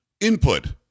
input